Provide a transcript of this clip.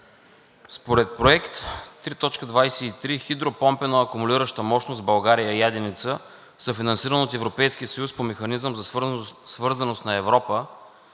според Проект 3.23 „Хидропомпена акумулираща мощност в България „Яденица“, съфинансиран от Европейския съюз по Механизма за свързаност на Европа,